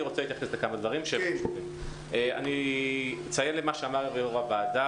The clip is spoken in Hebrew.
אני רוצה לומר כמה דברים אני אצמד למה שאמר יו"ר הוועדה